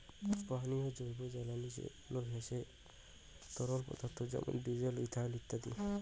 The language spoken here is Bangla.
পানীয় জৈবজ্বালানী যেগুলা হসে তরল পদার্থ যেমন ডিজেল, ইথানল ইত্যাদি